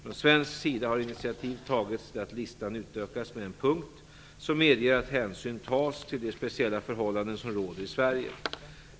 Från svensk sida har initiativ tagits till att listan utökas med en punkt som medger att hänsyn tas till de speciella förhållanden som råder i Sverige.